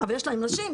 אבל יש להם נשים,